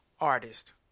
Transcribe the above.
artist